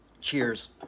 Cheers